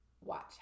watch